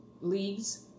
leagues